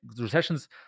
recessions